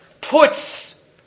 puts